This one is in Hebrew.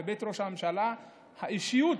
בבית ראש הממשלה, האישיות,